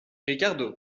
ricardo